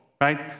right